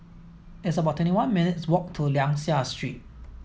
it's about twenty one minutes' walk to Liang Seah Street